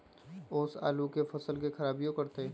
ओस आलू के फसल के खराबियों करतै?